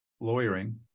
lawyering